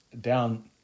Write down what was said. down